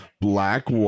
Black